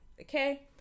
Okay